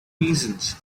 reasons